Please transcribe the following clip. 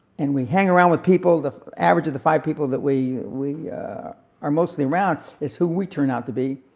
and we hang around with people, the average of the five people that we we are mostly around, is who we turn out to be.